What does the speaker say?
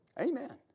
Amen